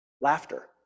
laughter